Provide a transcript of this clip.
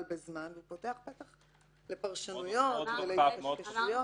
בזמן ופותח פתח מאוד רחב לפרשנויות ולהתקשקשויות.